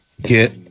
Get